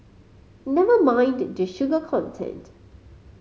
never mind the sugar content